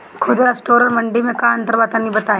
खुदरा स्टोर और मंडी में का अंतर बा तनी बताई?